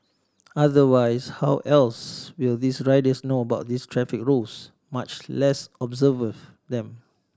otherwise how else will these riders know about this traffic rules much less observe them